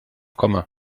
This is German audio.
komme